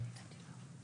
כי